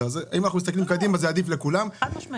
עדיף לכולם להסתכל קדימה.